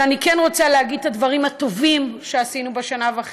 אבל אני כן רוצה להגיד את הדברים הטובים שעשינו בשנה וחצי,